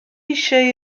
eisiau